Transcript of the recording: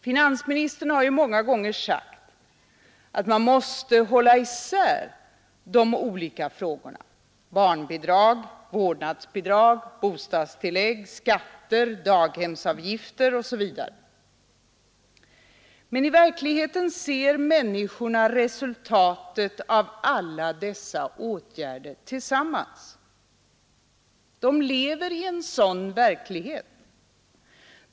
Finansministern har många gånger sagt att man måste hålla isär de olika frågorna: barnbidrag, vårdnadsbidrag, bostadstillägg, skatter, daghemsavgifter, osv. Men i verkligheten ser människorna resultatet av alla dessa åtgärder tillsammans. De lever i en sådan verklighet.